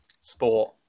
sport